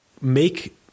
Make